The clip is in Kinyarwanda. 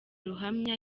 ruhamya